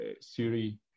Siri